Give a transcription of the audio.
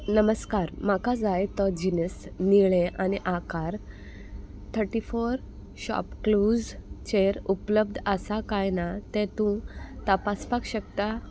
नमस्कार म्हाका जाय तो जिनस निळे आनी आकार थर्टी फोर शॉपक्लूजचेर उपलब्ध आसा काय ना तें तूं तपासपाक शकता